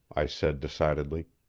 i said decidedly.